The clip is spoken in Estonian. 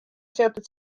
seotud